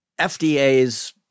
FDA's